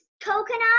Coconut